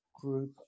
group